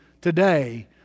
today